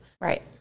Right